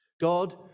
God